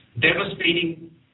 Devastating